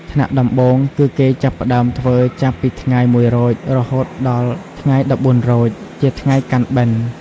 ថ្នាក់ដំបូង គឺគេចាប់ផ្ដើមធ្វើចាប់ពីថ្ងៃ ១រោច រហូតដល់ថ្ងៃ១៤រោច ជាថ្ងៃកាន់បិណ្ឌ។